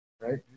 right